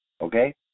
okay